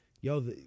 Yo